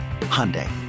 Hyundai